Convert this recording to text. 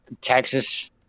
Texas